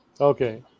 Okay